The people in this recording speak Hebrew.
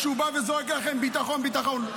כשהוא בא וזורק לכם: ביטחון,